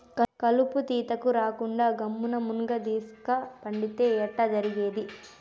కలుపు తీతకు రాకుండా గమ్మున్న మున్గదీస్క పండితే ఎట్టా జరిగేది